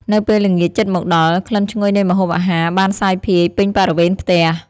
នៅពេលល្ងាចជិតមកដល់ ក្លិនឈ្ងុយនៃម្ហូបអាហារបានសាយភាយពេញបរិវេណផ្ទះ។